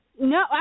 No